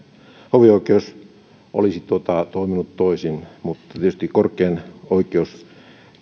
hovioikeus olisi toiminut toisin mutta tietysti korkein oikeus